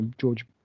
George